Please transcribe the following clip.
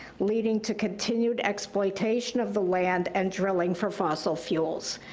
leading to continued exploitation of the land and drilling for fossil fuels.